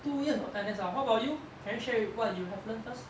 two years of N_S ah what about you can share what you have learnt first